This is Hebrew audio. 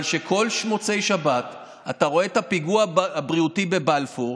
אבל כשכל מוצאי שבת אתה רואה את הפיגוע הבריאותי בבלפור,